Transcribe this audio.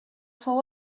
fou